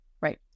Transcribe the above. right